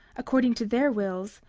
according to their wills,